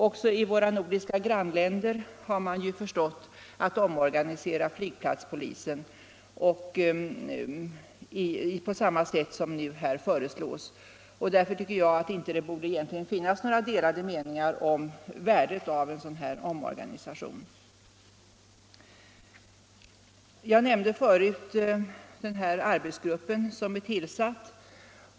Också i våra nordiska grann — Nr 56 länder har man förstått att omorganisera flygplatspolisen på samma sätt Fredagen den som nu här föreslås. Därför tycker jag att det egentligen inte borde finnas 11 april 1975 några delade meningar om värdet av en sådan omorganisation. Snart Jag nämnde förut den arbetsgrupp som är tillsatt.